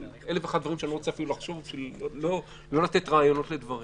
על אלף ואחד דברים כשאני לא רוצה אפילו לתת רעיונות לדברים,